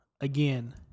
again